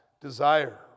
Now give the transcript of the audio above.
desire